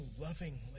lovingly